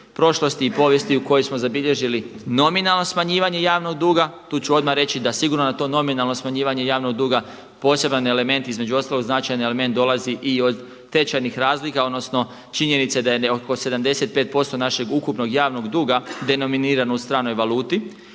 prošlosti i povijesti u kojoj smo zabilježili nominalno smanjivanje javnog duga. Tu ću odmah reći da sigurno da to nominalno smanjivanje javnog duga poseban element između ostalog značajan element dolazi i od tečajnih razlika odnosno činjenice da je oko 75% našeg ukupnog javnog duga denominirano u stranoj valuti.